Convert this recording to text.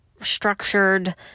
structured